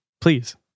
Please